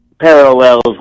parallels